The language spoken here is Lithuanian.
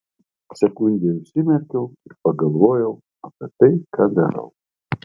sekundei užsimerkiau ir pagalvojau apie tai ką darau